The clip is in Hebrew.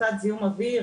הפחתת זיהום אוויר,